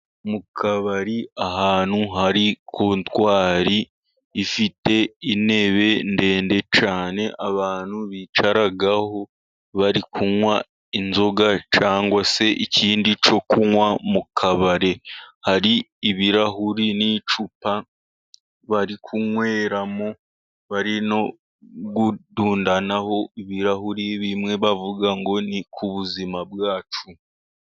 Mu kabari ahantu hari kontwari ifite intebe ndende cyane abantu bicaraho bari kunywa inzoga, cyangwa se ikindi cyo kunywa mu kabari. Hari ibirahuri n'icupa bari kunyweramo, bari no gudundanaho ibirahuri, bimwe bavuga ngo "ni ku buzima bwacu".